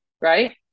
right